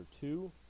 two